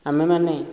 ଆମେମାନେ